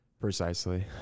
Precisely